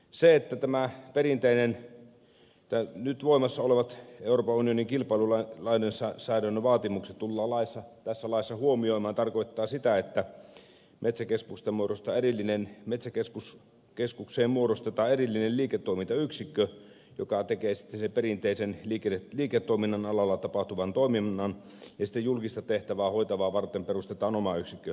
se että nyt voimassa olevat euroopan unionin kilpailulainsäädännön vaatimukset tullaan tässä laissa huomioimaan tarkoittaa sitä että metsäkeskukseen muodostetaan erillinen liiketoimintayksikkö joka tekee sen perinteisen liiketoiminnan alalla tapahtuvan toiminnan ja sitten julkista tehtävää varten perustetaan oma yksikkö